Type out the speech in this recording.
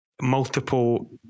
multiple